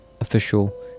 official